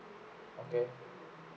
okay